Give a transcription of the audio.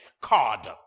card